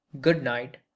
good-night